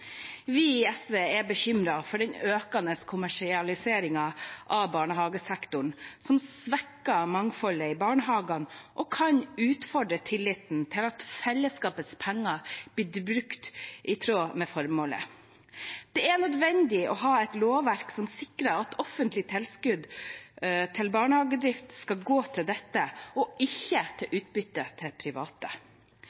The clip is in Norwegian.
Vi i SV er bekymret for den økende kommersialiseringen av barnehagesektoren, som svekker mangfoldet i barnehagene og kan utfordre tilliten til at fellesskapets penger blir brukt i tråd med formålet. Det er nødvendig å ha et lovverk som sikrer at offentlige tilskudd til barnehagedrift skal gå til dette og ikke til